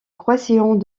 croisillons